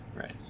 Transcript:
right